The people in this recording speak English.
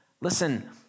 listen